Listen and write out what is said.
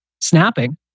snapping